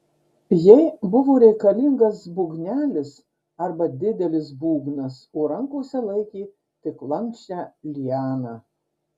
jai buvo reikalingas būgnelis arba didelis būgnas o rankose laikė tik lanksčią lianą